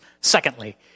Secondly